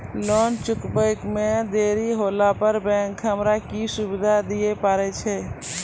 Loan चुकब इ मे देरी होला पर बैंक हमरा की सुविधा दिये पारे छै?